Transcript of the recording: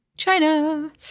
China